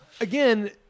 Again